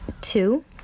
two